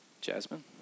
Jasmine